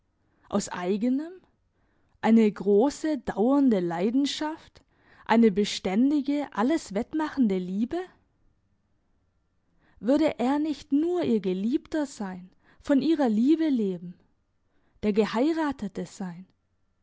aus eigenem eine grosse dauernde leidenschaft eine beständige alles wettmachende liebe würde er nicht nur ihr geliebter sein von ihrer liebe leben der geheiratete sein